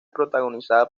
protagonizada